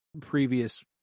Previous